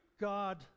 God